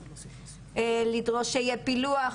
לדרוש שיהיה פילוח